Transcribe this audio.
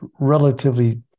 relatively